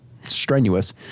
strenuous